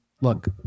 look